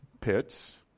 pits